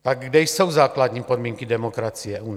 Tak kde jsou základní podmínky demokracie u nás?